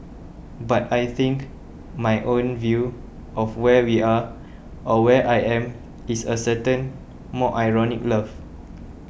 but I think my own view of where we are or where I am is a certain more ironic love